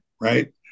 right